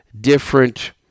different